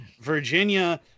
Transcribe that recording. Virginia